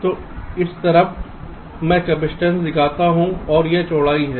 तो इस तरफ मैं कपसिटंस दिखाता हूं और यह चौड़ाई है